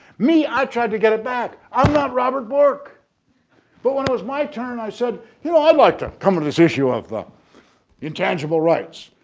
me i tried to get it back. i'm not robert bork but when was my turn, i said you know i'd like to come to this issue of the intangible rights,